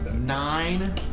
Nine